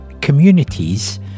Communities